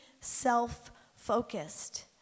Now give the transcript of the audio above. self-focused